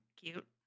cute